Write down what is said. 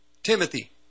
Timothy